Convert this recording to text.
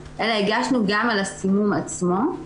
אלא הגשנו גם על הסימום עצמו,